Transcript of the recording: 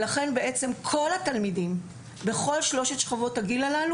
לכן כל התלמידים בכל שלוש שכבות הגיל האלה,